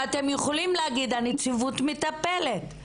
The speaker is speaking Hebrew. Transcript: ואתם יכולים להגיד 'הנציבות מטפלת'.